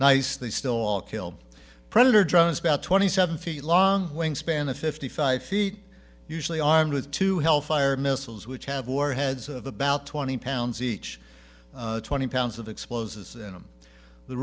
nice they still all killed predator drones about twenty seven feet long wingspan of fifty five feet usually armed with two hell fire missiles which have warheads of about twenty pounds each twenty pounds of explosives and